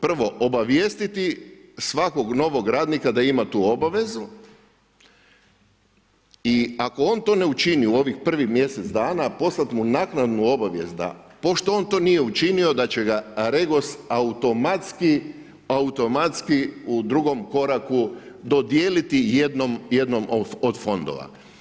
Prvo, obavijestiti svakog novog radnika da ima tu obavezu i ako on to ne učini u ovih prvih mjesec dana, poslat mu naknadu obavijest pošto on to nije učinio da će ga REGOS automatski u drugom koraku dodijeliti jednom od fondova.